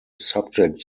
subject